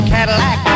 Cadillac